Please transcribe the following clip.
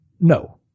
No